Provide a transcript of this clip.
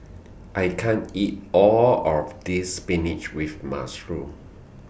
I can't eat All of This Spinach with Mushroom